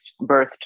birthed